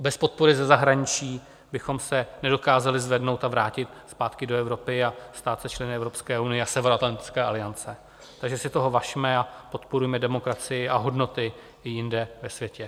Bez podpory ze zahraničí bychom se nedokázali zvednout, vrátit zpátky do Evropy a stát se členy Evropské unie a Severoatlantické aliance, takže si toho važme a podporujme demokracii a hodnoty i jinde ve světě.